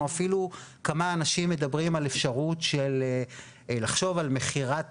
אנחנו אפילו כמה אנשים שמדברים על אפשרות של לחשוב על מכירת